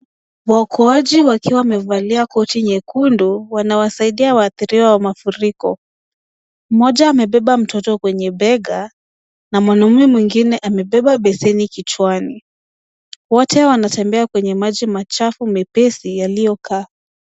Waokoaji wakiwa wamevalia koti nyekundu, wanawasaidia wahatiriwa wa mafuriko. Mmoja amebeba mtoto kwenye bega na mwanamume mwingine amebeba beseni kichwani. Wote wanatembea kwenye maji machafu mepesi yaliyokaa.